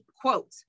quote